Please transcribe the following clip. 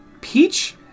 Peach